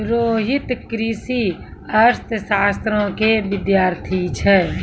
रोहित कृषि अर्थशास्त्रो के विद्यार्थी छै